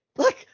look